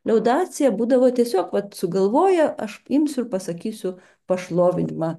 liaudacija būdavo tiesiog vat sugalvoja aš imsiu ir pasakysiu pašlovinimą